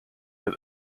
that